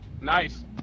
Nice